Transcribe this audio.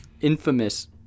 infamous